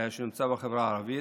בחברה הערבית.